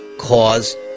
cause